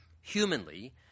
humanly